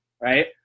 Right